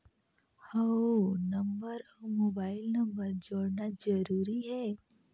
हव नंबर अउ mobile number जोड़ना जरूरी हे?